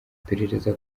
iperereza